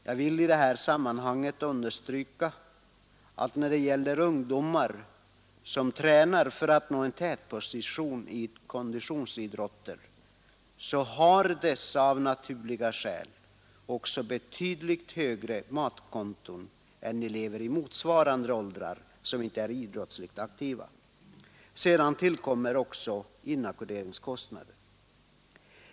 Jag vill i detta sammanhang understryka att ungdomar, som tränar för att nå en tätposition i konditionsidrotter, av naturliga skäl har betydligt högre matkonton än elever i motsvarande åldrar som inte är idrottsligt aktiva. Sedan tillkommer också inackorderingskostnader.